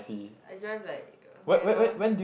I drive like uh manual